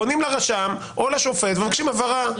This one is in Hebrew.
פונים לרשם או לשופט, מבקשים הבהרה.